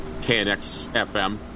KNX-FM